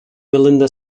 melinda